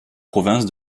province